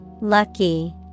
lucky